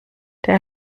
der